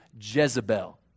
Jezebel